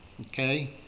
Okay